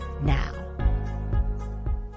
now